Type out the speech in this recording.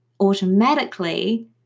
Automatically